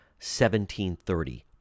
1730